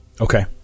Okay